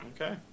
Okay